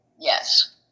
Yes